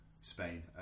Spain